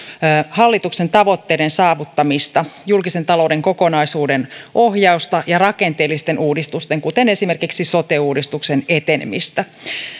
hallituksen tavoitteiden saavuttamista julkisen talouden kokonaisuuden ohjausta ja rakenteellisten uudistusten kuten esimerkiksi sote uudistuksen etenemistä